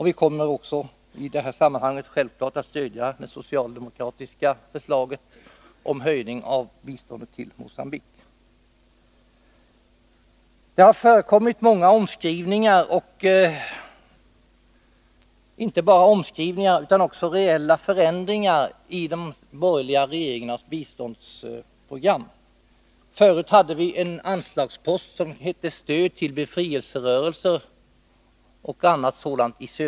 Vi kommer i detta sammanhang självklart också att stödja det socialdemokratiska förslaget om en höjning av biståndet till Mogambique. Det har förekommit många omskrivningar och även reella förändringar av de borgerliga regeringarnas biståndsprogram. Förut hade vi en anslagspost som hette Stöd till befrielserörelser i södra Afrika.